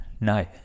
no